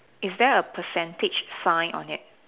is there a percentage sign on it